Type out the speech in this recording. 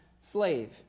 slave